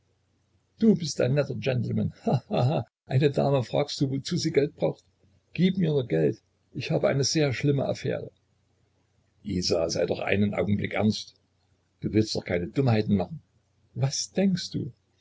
du bist ein netter gentleman ha ha ha eine dame fragst du wozu sie geld braucht gib mir nur geld ich habe eine sehr schlimme affäre isa sei doch einen augenblick ernst du willst doch keine dummheiten machen was denkst du